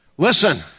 Listen